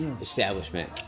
establishment